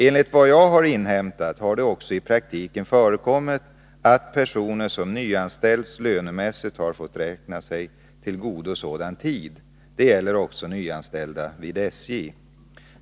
Enligt vad jag har inhämtat har det också i praktiken förekommit att en person som nyanställts lönemässigt har fått räkna sig till godo sådan tid. Detta gäller också nyanställda vid SJ.